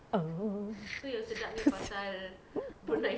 oh